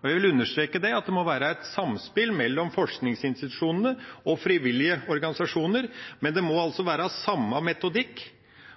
Og jeg vil understreke at det må være et samspill mellom forskningsinstitusjonene og frivillige organisasjoner, men det må være den samme metodikken,